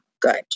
good